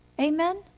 Amen